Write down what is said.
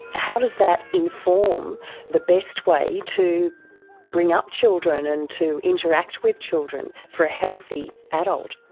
how does that inform the best way to bring up children and to interact with children for a healthy adult?